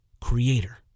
creator